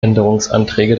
änderungsanträge